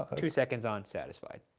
two seconds on, satisfied.